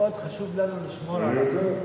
מאוד חשוב לנו לשמור עליו.